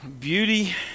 Beauty